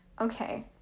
Okay